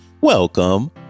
welcome